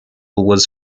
was